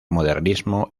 modernismo